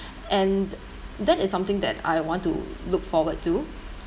and that is something that I want to look forward to